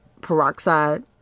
peroxide